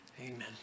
Amen